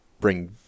bring